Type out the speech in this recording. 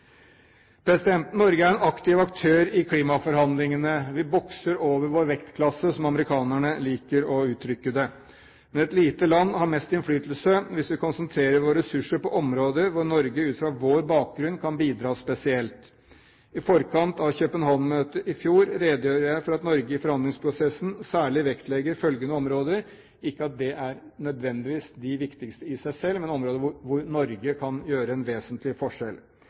Norge er en aktiv aktør i klimaforhandlingene. Vi bokser over vår vektklasse, som amerikanerne liker å uttrykke det. Men et lite land har mest innflytelse hvis vi konsentrerer våre ressurser på områder hvor Norge ut fra vår bakgrunn kan bidra spesielt. I forkant av København-møtet i fjor redegjorde jeg for at Norge i forhandlingsprosessen særlig vektlegger følgende områder – ikke at de nødvendigvis er de viktigste i seg selv, men det er områder hvor Norge kan gjøre en vesentlig forskjell.